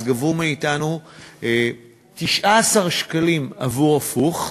אז גבו מאתנו 19 שקלים עבור הפוך,